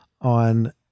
on